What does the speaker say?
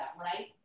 right